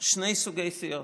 שני סוגי סיעות.